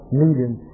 meeting